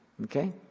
okay